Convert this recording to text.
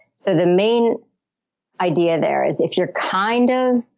so the main idea there is if you're kind of,